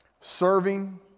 serving